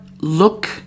look